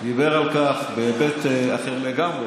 דיבר על כך בהיבט אחר לגמרי,